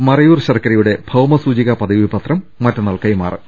മറയൂർ ദശർക്കരയുടെ ഭൌമസൂചികാ പദവി പത്രം മറ്റന്നാൾ കൈമാറും